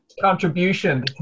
contribution